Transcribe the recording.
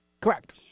Correct